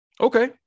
Okay